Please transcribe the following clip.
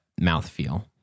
mouthfeel